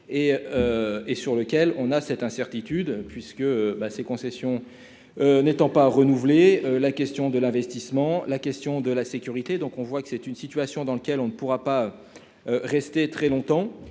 et sur lequel on a cette incertitude puisque ben ces concessions n'étant pas renouvelé la question de l'investissement, la question de la sécurité, donc on voit que c'est une situation dans laquelle on ne pourra pas rester très longtemps